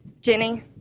Jenny